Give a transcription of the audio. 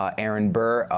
ah aaron burr,